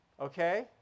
Okay